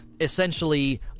essentially